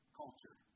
culture